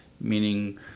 meaning